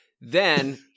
Then-